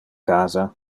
casa